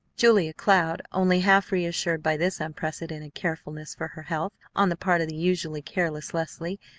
julia cloud, only half reassured by this unprecedented carefulness for her health on the part of the usually careless leslie,